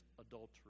adultery